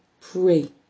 pray